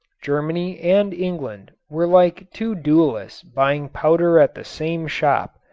germany and england were like two duelists buying powder at the same shop.